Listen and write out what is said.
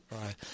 right